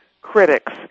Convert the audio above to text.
critics